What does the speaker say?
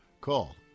Call